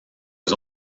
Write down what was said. was